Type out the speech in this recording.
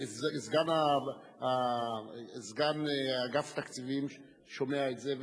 סגן ראש אגף תקציבים שומע את זה,